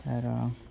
ର